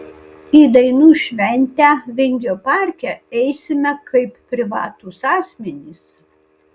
į dainų šventę vingio parke eisime kaip privatūs asmenys